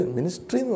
Ministry